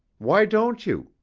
why don't you?